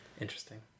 interesting